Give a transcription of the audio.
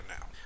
now